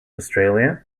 australia